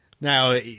Now